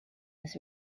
his